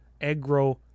aggro